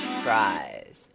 fries